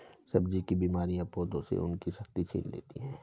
सब्जी की बीमारियां पौधों से उनकी शक्ति छीन लेती हैं